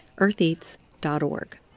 eartheats.org